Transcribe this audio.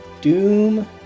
Doom